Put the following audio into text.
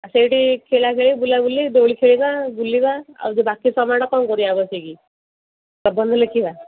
ସେଇଠି ଖେଳା ଖେଳି ବୁଲାବୁଲି ଦୋଳି ଖେଳିବା ବୁଲିବା ଆଉ ଯୋଉ ବାକି ସମୟଟା କ'ଣ କରିବା ବସିକି ପ୍ରବନ୍ଧ ଲେଖିବା